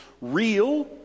real